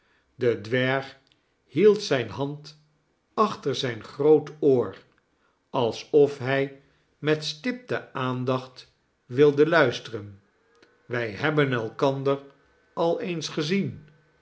de dwerg hield zijn hand achter zijn groot oor alsof hij met stipte aandacht wilde luisteren wij hebben elkander al eens gezien